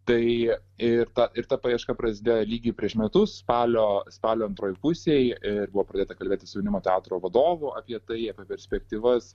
taigi ir ta ir ta paieška prasidėjo lygiai prieš metus spalio spalio antroj pusėj ir buvo pradėta kalbėti su jaunimo teatro vadovu apie tai apie perspektyvas